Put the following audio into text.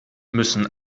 müssen